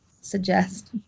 suggest